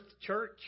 church